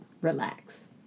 Relax